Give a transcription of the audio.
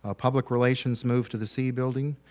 ah public relations moved to the c building.